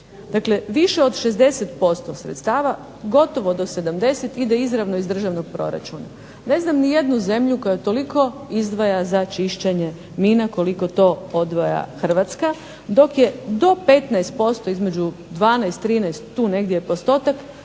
Dakle više od 60% sredstava, gotovo do 70 ide izravno iz državnog proračuna. Ne znam nijednu zemlju koja toliko izdvaja za čišćenje mina koliko to odvaja Hrvatska, dok je do 15% između 12, 13, tu negdje je postotak